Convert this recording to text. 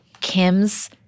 Kim's